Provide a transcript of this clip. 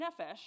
nefesh